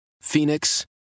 Phoenix